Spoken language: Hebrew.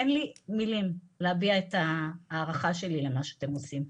אין לי מילים להביע את ההערכה שלי למה שאתם עושים.